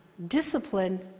discipline